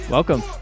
Welcome